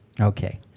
Okay